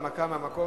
הנמקה מהמקום,